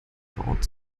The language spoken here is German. baut